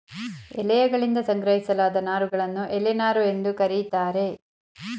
ಎಲೆಯಗಳಿಂದ ಸಂಗ್ರಹಿಸಲಾದ ನಾರುಗಳನ್ನು ಎಲೆ ನಾರು ಎಂದು ಕರೀತಾರೆ